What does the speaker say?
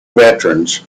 veterans